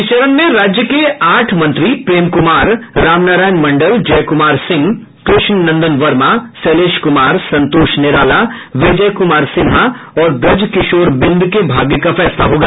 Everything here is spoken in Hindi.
इस चरण में राज्य के आठ मंत्री प्रेम कुमार रामनारायण मण्डल जयकुमार सिंह कृष्ण नंदन वर्मा शैलेश कुमार संतोष निराला विजय कुमार सिन्हा और ब्रज किशोर बिंद के भाग्य का फैसला होगा